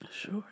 Sure